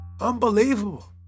Unbelievable